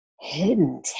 Hidden